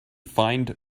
find